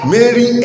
Mary